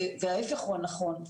וההיפך הוא הנכון,